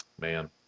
Man